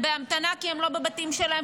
הם בהמתנה כי הם לא בבתים שלהם,